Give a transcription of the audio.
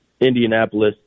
Indianapolis